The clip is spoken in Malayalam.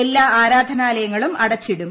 എല്ലാ ആരാധനാലയങ്ങളും അടച്ചിടും